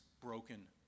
broken